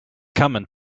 coming